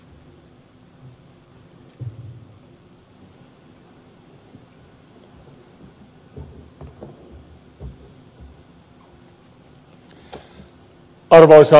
arvoisa puhemies